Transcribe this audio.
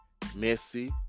Messi